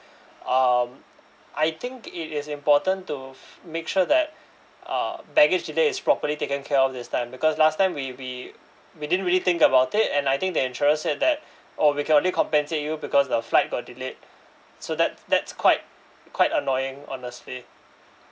um I think it is important to make sure that uh baggage delay is properly taken care of this time because last time we we we didn't really think about it and I think the insurer said that oh we can only compensate you because the flight got delayed so that's that's quite quite annoying honestly